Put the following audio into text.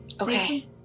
Okay